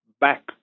back